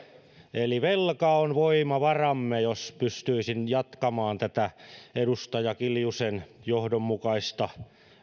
eli velka on voimavaramme jos pystyisin jatkamaan tätä edustaja kiljusen johdonmukaista